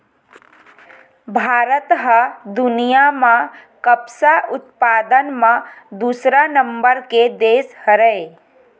भारत ह दुनिया म कपसा उत्पादन म दूसरा नंबर के देस हरय